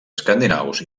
escandinaus